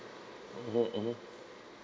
mmhmm mmhmm